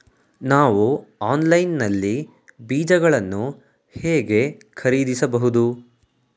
ನಾವು ಆನ್ಲೈನ್ ನಲ್ಲಿ ಬೀಜಗಳನ್ನು ಹೇಗೆ ಖರೀದಿಸಬಹುದು?